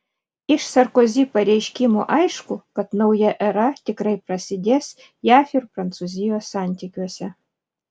iš sarkozi pareiškimų aišku kad nauja era tikrai prasidės jav ir prancūzijos santykiuose